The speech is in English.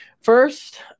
first